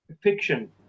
fiction